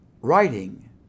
writing